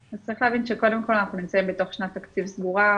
צריך להבין שאנחנו נמצאים בתוך שנת תקציב סגורה,